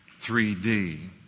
3D